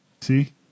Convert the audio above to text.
See